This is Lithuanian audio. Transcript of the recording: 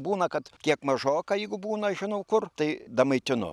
būna kad kiek mažoka jeigu būna žinau kur tai damaitinu